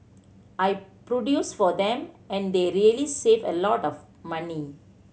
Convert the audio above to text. I produce for them and they really save a lot of money